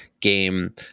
game